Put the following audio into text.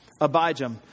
Abijam